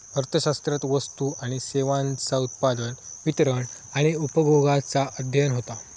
अर्थशास्त्रात वस्तू आणि सेवांचा उत्पादन, वितरण आणि उपभोगाचा अध्ययन होता